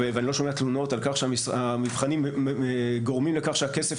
ואני לא שומע תלונות על כך שהמבחנים גורמים לכך שהכסף